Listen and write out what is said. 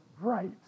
right